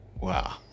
Wow